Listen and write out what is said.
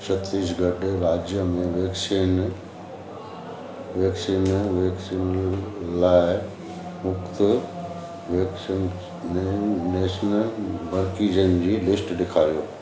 छत्तीसगढ़ राज्य में vaccine vaccine vaccine लाइ मुफ़्ति वैक्सनेनेशनल मर्कज़नि जी लिस्ट ॾेखारियो